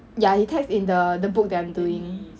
ya he text in the the book I'm doing